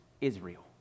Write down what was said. Israel